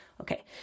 Okay